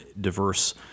diverse